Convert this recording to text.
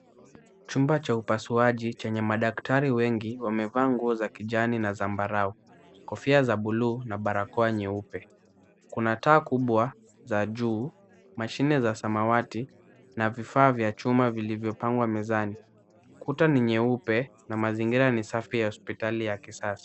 Chumba cha upasuaji chenye madaktari wengi wamevaa nguo za kijani na zambarau, kofia za buluu na barakoa nyeupe. Kuna taa kubwa, za juu, mashine za samawati, na vifaa vya chuma vilivyopangwa mezani. Kuta ni nyeupe, na mazingira ni safi ya hospitali ya kisasa.